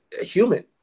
human